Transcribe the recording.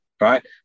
right